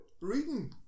Reading